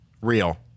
Real